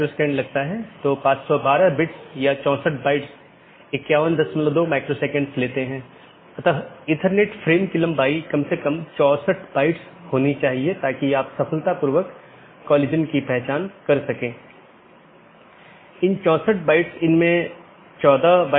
इसका मतलब है कि BGP का एक लक्ष्य पारगमन ट्रैफिक की मात्रा को कम करना है जिसका अर्थ है कि यह न तो AS उत्पन्न कर रहा है और न ही AS में समाप्त हो रहा है लेकिन यह इस AS के क्षेत्र से गुजर रहा है